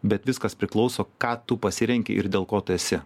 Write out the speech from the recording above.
bet viskas priklauso ką tu pasirenki ir dėl ko tu esi